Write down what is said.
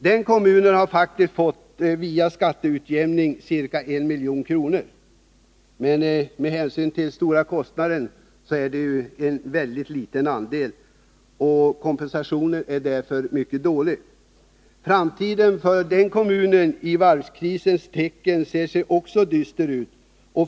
Den kommunen har faktiskt via skatteutjämningen fått ca 1 milj.kr., men med hänsyn till den stora kostnaden är det en mycket liten andel, och kompensationen är därför mycket dålig. Framtiden för den kommunen i varvskrisens tecken ser också dyster ut.